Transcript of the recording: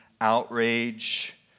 outrage